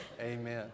Amen